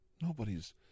Nobody's